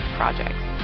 projects